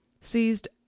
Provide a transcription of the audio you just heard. seized